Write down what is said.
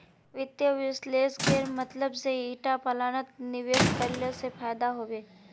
वित्त विश्लेषकेर मतलब से ईटा प्लानत निवेश करले से फायदा हबे